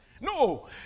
No